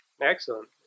Excellent